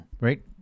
right